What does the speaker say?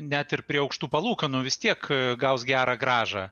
net ir prie aukštų palūkanų vis tiek gaus gerą grąžą